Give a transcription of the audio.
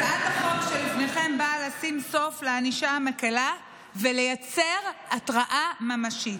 הצעת החוק שלפניכם באה לשים סוף לענישה המקילה ולייצר הרתעה ממשית.